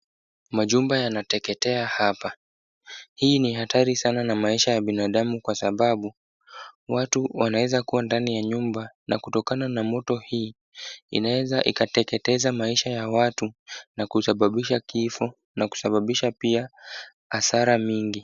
Majumba yanateketea hapa. Hii ni hatari sana na maisha ya binadamu kwa sababu, watu wanaweza kuwa ndani ya nyumba, na kutokana na moto hii, inaeza ikateketeza maisha ya watu, na kusababisha kifo, na kusababisha pia hasara mingi.